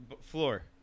floor